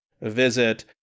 visit